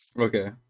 Okay